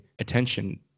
attention